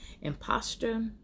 imposter